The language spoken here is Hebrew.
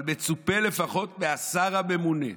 אבל מצופה לפחות מהשר הממונה,